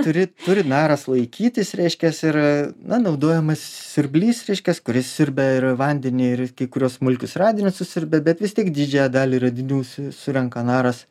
turi turi naras laikytis reiškias ir na naudojamas siurblys reiškias kuris siurbia ir vandenį ir kai kuriuos smulkius radinius susiurbia bet vis tik didžiąją dalį radinių su surenka naras